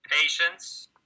patience